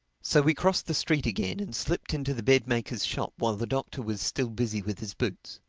so we crossed the street again and slipped into the bed-maker's shop while the doctor was still busy with his boots.